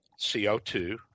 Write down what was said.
CO2